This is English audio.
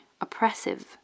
oppressive